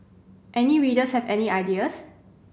any readers have any ideas